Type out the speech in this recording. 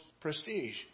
prestige